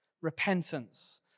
Repentance